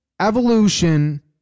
evolution